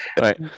right